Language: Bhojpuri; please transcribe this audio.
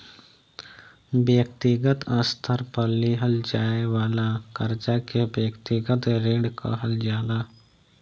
व्यक्तिगत स्तर पर लिहल जाये वाला कर्जा के व्यक्तिगत ऋण कहल जाला